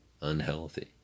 unhealthy